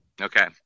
Okay